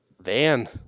Van